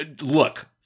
look